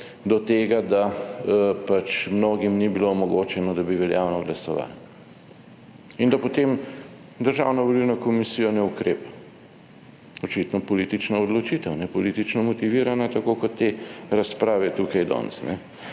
do tega, da pač mnogim ni bilo omogočeno, da bi veljavno glasovali in da potem Državna volilna komisija ne ukrepa. Očitno politična odločitev, politično motivirana, 45. TRAK: (SB) – 12.40